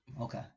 Okay